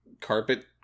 carpet